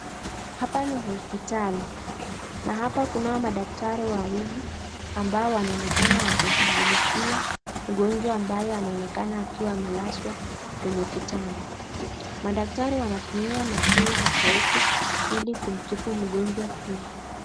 Hapa ni hospitali. Na hapa kunao madaktari wawili ambao wanaonekana wanamshughulikia mgonjwa ambaye anaonekana akiwa amelazwa kwenye kitanda. Madaktari wanatumia mashine tofauti ii kumtibu mgonjwa huyu.